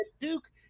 Duke